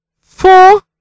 four